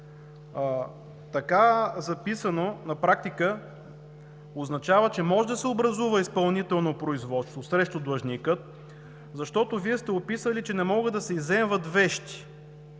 Така записано, на практика означава, че може да се образува изпълнително производство срещу длъжника, защото Вие сте описали, че не могат да се изземват вещи.